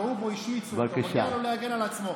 פגעו בו, השמיצו אותו, תן לו להגן על עצמו.